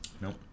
Nope